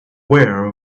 aware